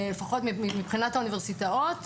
לפחות מבחינת האוניברסיטאות,